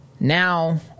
Now